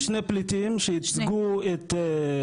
יש שני פליטים שייצגו את --- את ישראל?